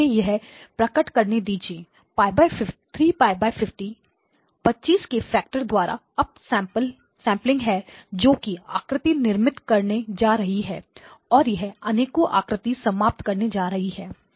मुझे यहां यह प्रकट करने दीजिए 3π50 25 के फैक्टर द्वाराअपसेंपलिंग है जो की आकृति निर्मित करने जा रही है और यह अनेकों आकृतियां उत्पन्न करने जा रही हैं